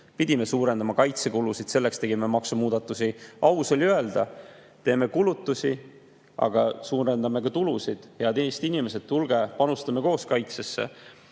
Pidime suurendama kaitsekulusid, selleks me tegime maksumuudatusi. Aus oli öelda: "Teeme kulutusi, aga suurendame ka tulusid. Head Eesti inimesed, tulge, panustame koos kaitsesse."